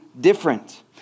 different